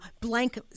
blank